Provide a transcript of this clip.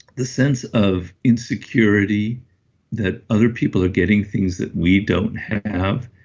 the sense of insecurity that other people are getting things that we don't have,